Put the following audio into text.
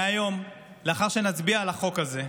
מהיום, לאחר שנצביע על החוק הזה,